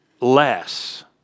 less